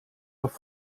auch